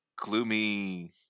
gloomy